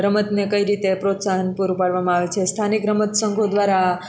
રમતને કઈ રીતે પ્રોત્સાહન પૂરું પાડવામાં આવે છે સ્થાનિક રમત સંઘો દ્વારા